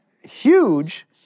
huge